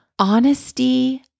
honesty